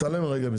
תתעלם ממנה לרגע.